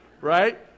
right